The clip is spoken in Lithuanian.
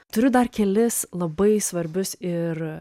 turiu dar kelis labai svarbius ir